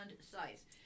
sites